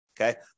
Okay